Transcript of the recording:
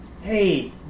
Hey